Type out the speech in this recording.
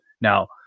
now